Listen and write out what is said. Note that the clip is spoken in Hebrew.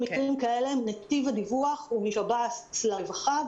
נתיב הדיווח במקרים כאלה הוא משב"ס לרווחה,